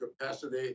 capacity